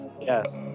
Yes